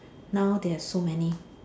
now they have so many